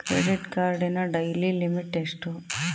Credit ಕಾರ್ಡಿನ daily limit ಎಷ್ಟು?